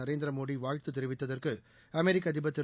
நரேந்திர மோடி வாழ்த்து தெரிவித்ததற்கு அமெரிக்க அதிபர் திரு